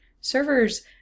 servers